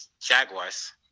Jaguars